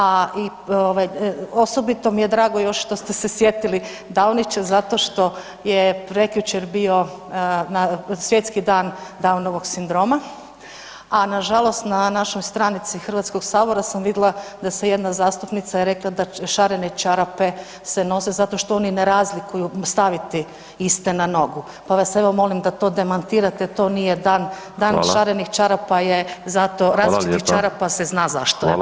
A osobito mi je drago još što ste se sjetili downića zato što je prekjučer bio Svjetski dan downovog sindroma, a nažalost na našoj stranici HS sam vidla da se jedna zastupnica, je rekla da šarene čarape se nose zato što oni ne razlikuju staviti iste na nogu, pa vas evo molim da to demantirate, to nije dan, dan šarenih čarapa je zato, različitih čarapa se zna zašto